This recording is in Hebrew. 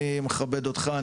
אני מכבד אותך,